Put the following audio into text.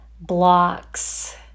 blocks